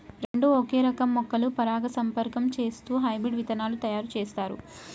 రెండు ఒకే రకం మొక్కలు పరాగసంపర్కం చేస్తూ హైబ్రిడ్ విత్తనాలు తయారు చేస్తారు